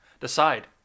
Decide